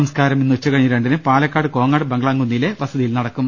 സംസ്കാരം ഇന്ന് ഉച്ച കഴിഞ്ഞ് രണ്ടിന് പാലക്കാട് കോങ്ങാട് ബംഗ്ലാംകുന്നിലെ വസതിയിൽ നടക്കും